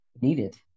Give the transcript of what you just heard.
needed